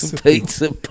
pizza